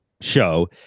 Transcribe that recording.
show